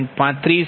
2500 0